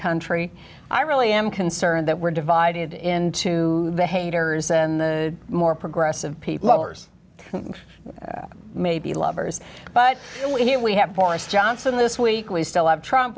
country i really am concerned that we're divided into the haters and the more progressive people hours maybe lovers but here we have porous johnson this week we still have trump